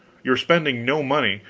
you are spending no money,